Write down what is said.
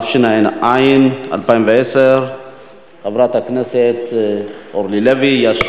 התש"ע 2010. חברת הכנסת אורלי לוי אבקסיס.